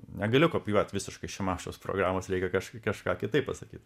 negaliu kopijuot visiškai šimašiaus programos reikia kažkur kažką kitaip pasakyt